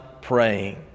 praying